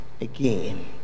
again